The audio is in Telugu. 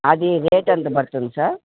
అది రేట్ ఎంత పడుతుంది సార్